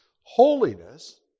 Holiness